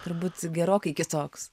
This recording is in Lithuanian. turbūt gerokai kitoks